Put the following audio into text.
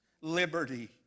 liberty